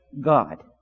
God